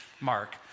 Mark